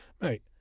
mate